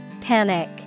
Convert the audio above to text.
Panic